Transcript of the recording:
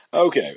Okay